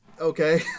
okay